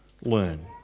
learn